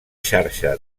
xarxa